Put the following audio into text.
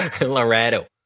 Laredo